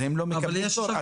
הם לא מקבלים תור.